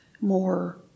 more